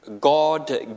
God